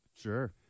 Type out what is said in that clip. Sure